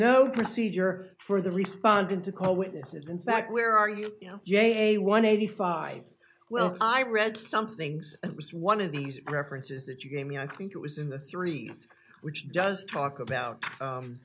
no procedure for the responding to call witnesses in fact where are you you know j one eighty five well i read some things it was one of these references that you gave me i think it was in the three s which does talk